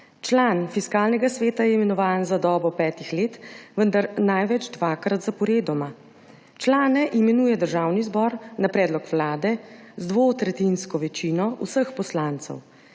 Član Fiskalnega sveta je imenovan za dobo petih let, vendar največ dvakrat zaporedoma. Člane imenuje Državni zbor na predlog Vlade z dvotretjinsko večino vseh poslancev.